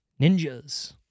ninjas